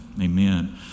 amen